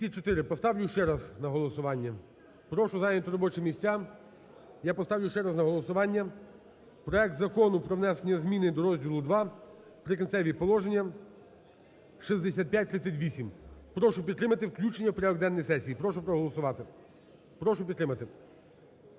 За-204 Поставлю ще раз на голосування, прошу зайняти робочі місця. Я поставлю ще раз на голосування проект Закону про внесення зміни до розділу ІІ "Прикінцеві положення" (6538). Прошу підтримати включення в порядок денний сесії, прошу проголосувати, прошу підтримати.